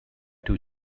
two